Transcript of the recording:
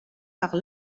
par